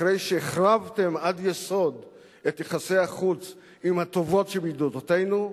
אחרי שהחרבתם עד יסוד את יחסי החוץ עם הטובות שבידידותינו,